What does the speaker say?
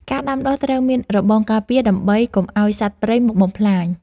ការដាំដុះត្រូវមានរបងការពារដើម្បីកុំឱ្យសត្វព្រៃមកបំផ្លាញ។